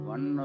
One